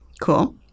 Cool